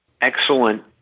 excellent